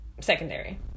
secondary